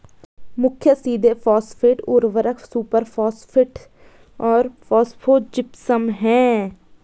मुख्य सीधे फॉस्फेट उर्वरक सुपरफॉस्फेट और फॉस्फोजिप्सम हैं